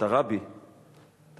את הרבי מלובביץ'